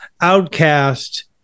outcast